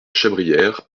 chabrière